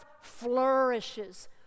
flourishes